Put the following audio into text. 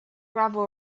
gravel